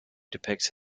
depicts